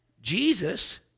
Jesus